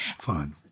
Fine